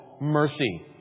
mercy